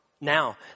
Now